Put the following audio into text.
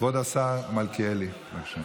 כבוד השר מלכיאלי, בבקשה.